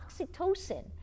oxytocin